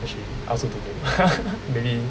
actually I also don't know I mean